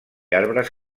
arbres